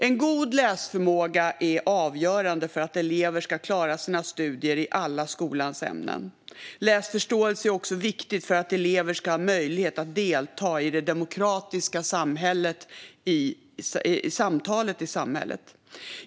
En god läsförmåga är avgörande för att elever ska klara sina studier i alla skolans ämnen. Läsförståelse är också viktigt för att elever ska ha möjlighet att delta i det demokratiska samtalet i samhället.